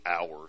hours